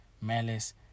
malice